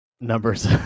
numbers